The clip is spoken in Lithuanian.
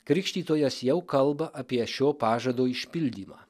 krikštytojas jau kalba apie šio pažado išpildymą